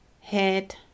Head